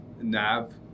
Nav